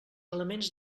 elements